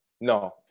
no